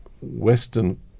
Western